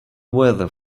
weather